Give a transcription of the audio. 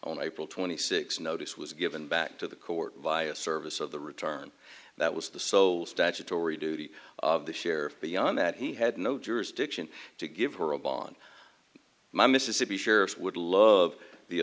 on april twenty sixth notice was given back to the court via service of the return that was the sole statutory duty of the sheriff beyond that he had no jurisdiction to give her a bond my mississippi sheriff would love the